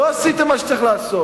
לא עשיתם מה שצריך לעשות,